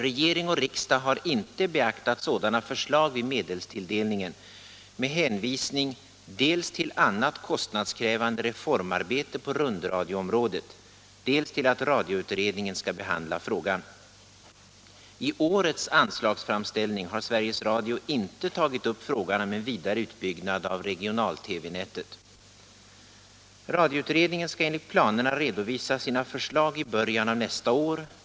Regering och riksdag har inte beaktat sådana förslag vid medelstilldelningen, med hänvisning dels till annat kostnadskrävande reformarbete på rundradioområdet, dels till att radioutredningen skall behandla frågan. I årets anslagsframställning har Sveriges Radio inte tagit upp frågan om en vidare utbyggnad av regional-TV-nätet. Radioutredningen skall enligt planerna redovisa sina förslag i början av nästa år.